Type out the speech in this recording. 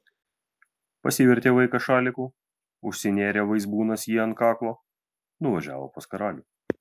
pasivertė vaikas šaliku užsinėrė vaizbūnas jį ant kaklo nuvažiavo pas karalių